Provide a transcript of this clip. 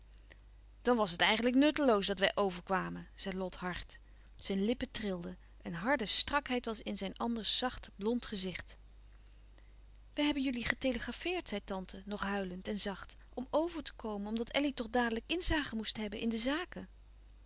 dan was het eigenlijk nutteloos dat wij overkwamen zei lot hard zijn lippen trilden een harde strakheid was in zijn anders zacht blond gezicht we hebben jullie getelegrafeerd zei tante nog huilend en zacht om over te komen omdat elly toch dadelijk inzage moest hebben in de zaken